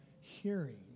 hearing